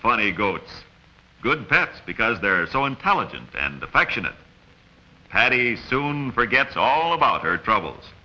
funny goat good pets because they're so intelligent and affectionate patty don't forget all about their troubles